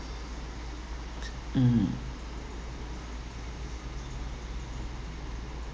mm